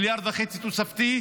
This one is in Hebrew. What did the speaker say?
מיליארד וחצי תוספתי,